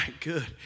good